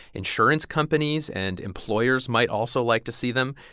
insurance companies and employers might also like to see them.